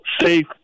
safe